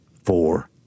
four